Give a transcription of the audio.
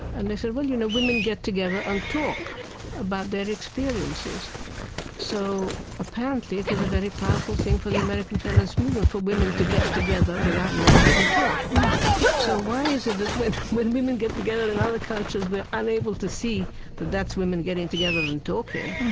and they said, well, you know, women get together and talk about their experiences so apparently it was a very powerful thing for the american feminist movement for women to get together without men and talk so why is it that when when women get together in other countries, we're unable to see that that's women getting together and talking?